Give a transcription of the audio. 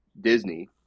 Disney